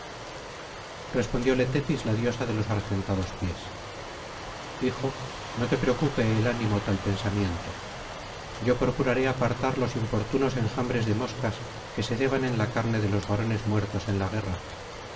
respondióle tetis la diosa de los argentados pies hijo no te preocupe el ánimo tal pensamiento yo procuraré apartar los importunos enjambres de moscas que se ceban en la carne de los varones muertos en la guerra